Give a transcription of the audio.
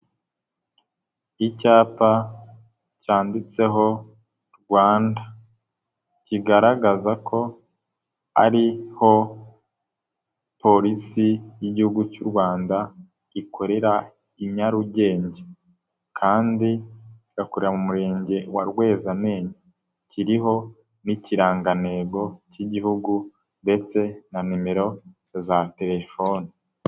Icyapa cyanditseho Rwanda, kigaragaza ko ariho polisi y'igihugu cy' u Rwanda ikorera i Nyarugenge. Kandi igakorera mu murenge wa Rwezamenyo, kiriho n'ikirangantego cy'igihugu ndetse na nimero za telefoni.